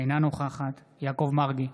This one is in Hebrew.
אינה נוכחת יעקב מרגי,